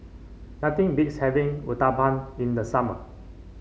nothing beats having Uthapam in the summer